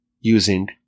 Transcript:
using